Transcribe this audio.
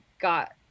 Got